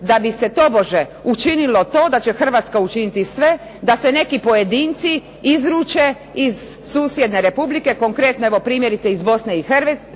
da bi se tobože učinilo to, da će Hrvatska učiniti sve da se neki pojedinci izruče iz susjedne republike, konkretno evo primjerice iz Bosne i